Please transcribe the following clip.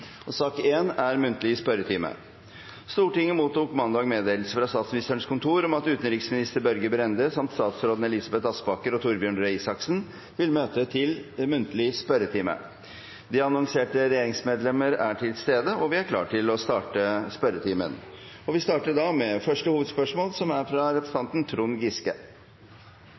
og Torbjørn Røe Isaksen vil møte til muntlig spørretime. De annonserte regjeringsmedlemmer er til stede, og vi er klare til å starte den muntlige spørretimen. Vi starter da med første hovedspørsmål, fra representanten Trond Giske.